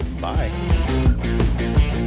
Bye